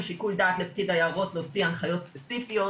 לשיקול דעת לפקיד היערות להוציא הנחיות ספציפיות,